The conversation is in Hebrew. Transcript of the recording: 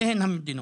אלה הן המדינות.